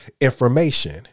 information